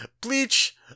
Bleach